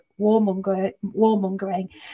warmongering